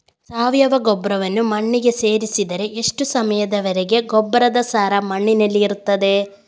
ಸಾವಯವ ಗೊಬ್ಬರವನ್ನು ಮಣ್ಣಿಗೆ ಸೇರಿಸಿದರೆ ಎಷ್ಟು ಸಮಯದ ವರೆಗೆ ಗೊಬ್ಬರದ ಸಾರ ಮಣ್ಣಿನಲ್ಲಿ ಇರುತ್ತದೆ?